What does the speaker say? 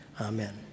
Amen